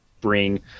bring